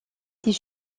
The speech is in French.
des